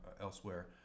elsewhere